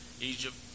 Egypt